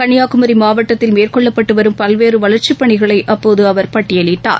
கன்னியாகுமரி மாவட்டத்தில் மேற்கொள்ளப்பட்டு வரும் பல்வேறு வளர்ச்சிப்பணிகளை அப்போது அவர் பட்டயலிட்டார்